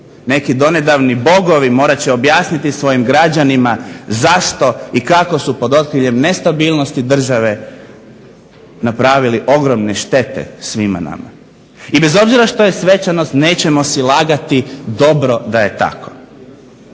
neki donedavni bogovi morat će objasniti svojim građanima zašto i kako su pod okriljem nestabilnosti države napravili ogromne štete svima nama. I bez obzira što je svečanost nećemo si lagati dobro da je tako.